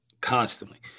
Constantly